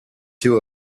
two